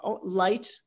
light